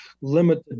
limited